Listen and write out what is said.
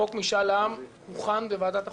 חוק משאל העם הוכן בוועדת החוקה.